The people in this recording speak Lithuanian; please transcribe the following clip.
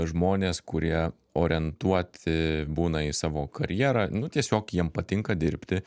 žmonės kurie orientuoti būna į savo karjerą nu tiesiog jiem patinka dirbti